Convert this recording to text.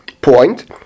point